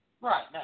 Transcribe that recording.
Right